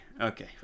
okay